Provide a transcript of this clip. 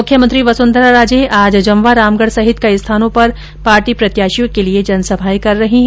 मुख्यमंत्री वसुंधरा राजे आज जमवारामगढ़ सहित कई स्थानों पर पार्टी प्रत्याशियों के लिए जनसभाएं कर रही है